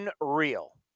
Unreal